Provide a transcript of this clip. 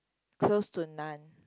close to none